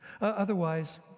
Otherwise